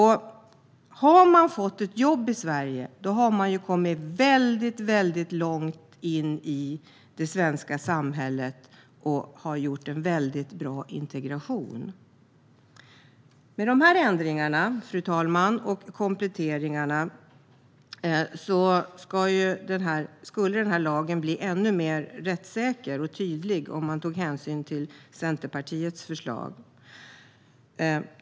Har man fått ett jobb i Sverige har man kommit långt in i det svenska samhället och lyckats med sin integration. Fru talman! Med Centerpartiets förslag på ändringar och kompletteringar skulle lagen bli ännu mer rättssäker och tydlig.